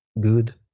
good